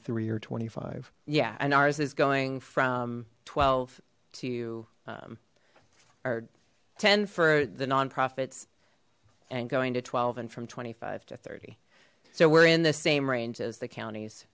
three or twenty five yeah and ours is going from twelve to or ten for the nonprofit's and going to twelve and from twenty five to thirty so we're in the same range as the counties